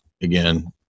again